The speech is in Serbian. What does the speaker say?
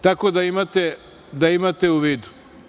Tako da imate u vidu.